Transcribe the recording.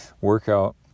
workout